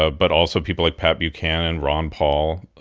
ah but also people like pat buchanan, ron paul,